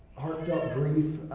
heartfelt grief,